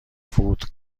فود